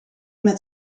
met